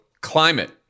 climate